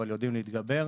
אבל יודעים להתגבר.